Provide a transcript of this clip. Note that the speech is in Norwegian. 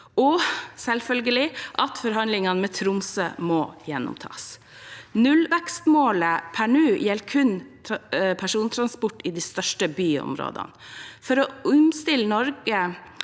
og selvfølgelig at forhandlingene med Tromsø må gjenopptas. Nullvekstmålet per nå gjelder kun persontransport i de største byområdene. For å omstille Norge